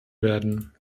werden